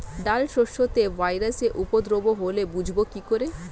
ডাল শস্যতে ভাইরাসের উপদ্রব হলে বুঝবো কি করে?